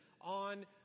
on